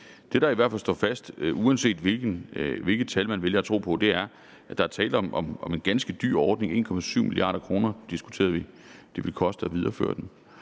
Det, der i hvert fald står fast, uanset hvilke tal man vælger at tro på, er, at der er tale om en ganske dyr ordning. Vi diskuterede, at det ville koste 1,7 mia. kr. at videreføre den.